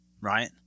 right